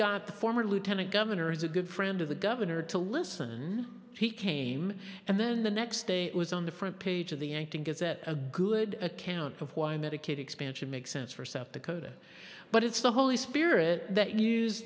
got the former lieutenant governor as a good friend of the governor to listen he came and then the next day it was on the front page of the yankton gets a good account of why medicaid expansion makes sense for septa kota but it's the holy spirit that use